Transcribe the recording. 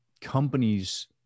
companies